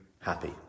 happy